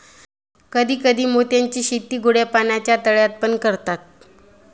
कधी कधी मोत्यांची शेती गोड्या पाण्याच्या तळ्यात पण करतात